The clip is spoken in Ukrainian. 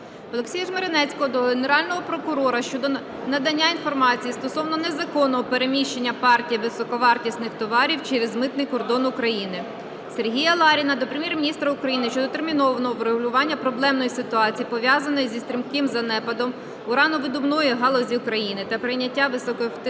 Олексія Жмеренецького до Генерального прокурора щодо надання інформації стосовно незаконного переміщення партії високовартісних товарів через митний кордон України. Сергія Ларіна до Прем'єр-міністра України щодо термінового врегулювання проблемної ситуації, пов'язаної із стрімким занепадом урановидобувної галузі України, та прийняття високоефективних